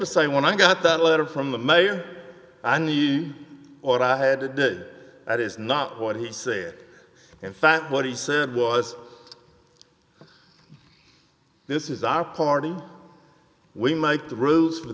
to say when i got that letter from the mayor i knew or i had that is not what he said in fact what he said was this is our party we make the rules for